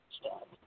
Stop